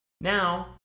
now